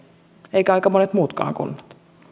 eivätkä aika monet muutkaan kunnat